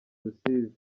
rusizi